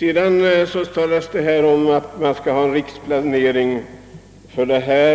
Inrikesministern framhåller att man skall ha en riksplanering på detta